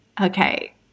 Okay